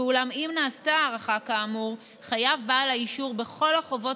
אולם אם נעשתה הארכה כאמור חייב בעל האישור בכל החובות